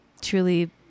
Truly